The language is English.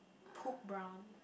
poop brown